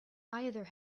either